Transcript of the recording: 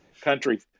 country